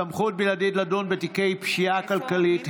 (סמכות בלעדית לדון בתיקי פשיעה כלכלית),